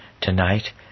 Tonight